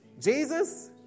Jesus